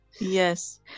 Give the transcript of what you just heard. yes